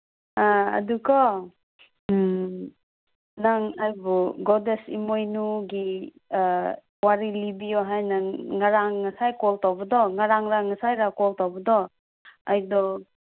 ꯑ ꯑꯗꯨꯀꯣ ꯅꯪ ꯑꯩꯕꯨ ꯒꯣꯗꯦꯁ ꯏꯃꯣꯏꯅꯨꯒꯤ ꯋꯥꯔꯤ ꯂꯤꯕꯤꯌꯣ ꯍꯥꯏꯅ ꯉꯔꯥꯡ ꯉꯁꯥꯏ ꯀꯣꯜ ꯇꯧꯕꯗꯣ ꯉꯔꯥꯡꯂ ꯉꯁꯥꯏꯔꯥ ꯀꯣꯜ ꯇꯧꯕꯗꯣ ꯑꯩꯗꯣ